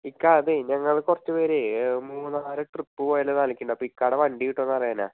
ഇക്കാ അതെ ഞങ്ങൾ കുറച്ചുപേരേ മൂന്നാർ ട്രിപ്പ് പോയാലോ എന്ന് ആലോചിക്കുന്നുണ്ട് അപ്പോൾ ഇക്കയുടെ വണ്ടി കിട്ടുമോ എന്നറിയാനാണ്